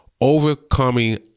overcoming